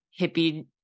hippie